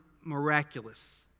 miraculous